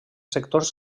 sectors